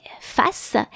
face